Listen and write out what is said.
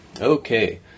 Okay